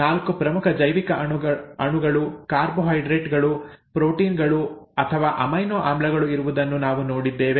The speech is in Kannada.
ನಾಲ್ಕು ಪ್ರಮುಖ ಜೈವಿಕ ಅಣುಗಳು ಕಾರ್ಬೋಹೈಡ್ರೇಟ್ ಗಳು ಪ್ರೋಟೀನ್ ಗಳು ಅಥವಾ ಅಮೈನೋ ಆಮ್ಲಗಳು ಇರುವುದನ್ನು ನಾವು ನೋಡಿದ್ದೇವೆ